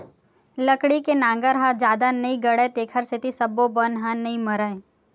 लकड़ी के नांगर ह जादा नइ गड़य तेखर सेती सब्बो बन ह नइ मरय